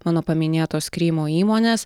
mano paminėtos krymo įmonės